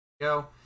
go